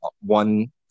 one